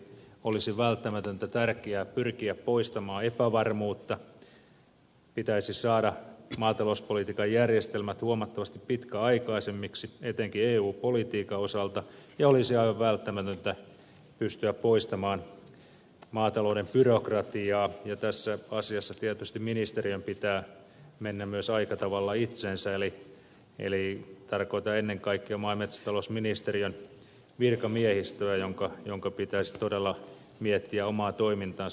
olisi välttämätöntä tärkeää pyrkiä poistamaan epävarmuutta pitäisi saada maatalouspolitiikan järjestelmät huomattavasti pitkäaikaisemmiksi etenkin eu politiikan osalta ja olisi aivan välttämätöntä pystyä poistamaan maatalouden byrokratiaa ja tässä asiassa tietysti ministeriön pitää mennä myös aika tavalla itseensä eli tarkoitan ennen kaikkea maa ja metsätalousministeriön virkamiehistöä jonka pitäisi todella miettiä omaa toimintaansa